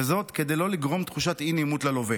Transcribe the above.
וזאת כדי לא לגרום תחושת אי-נעימות ללווה.